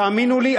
תאמינו לי,